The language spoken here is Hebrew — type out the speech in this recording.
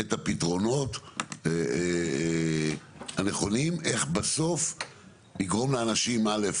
את הפתרונות הנכונים איך בסוף לגרום לאנשים א',